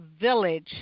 village